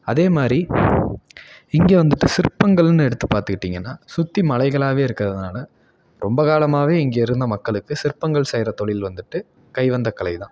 அதே மாரி இங்க வந்துட்டு சிற்பங்கள்ன்னு எடுத்து பார்த்துக்கிட்டிங்கன்னா சுற்றி மலைகளாக இருக்கிறதுனால ரொம்ப காலமாக இங்கே இருந்த மக்களுக்கு சிற்பங்கள் செய்கிற தொழில் வந்துட்டு கை வந்த கலை தான்